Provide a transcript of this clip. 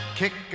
kick